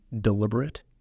deliberate